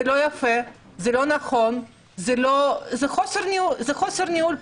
זה לא יפה, זה לא נכון, זה פשוט חוסר ניהול .